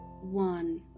one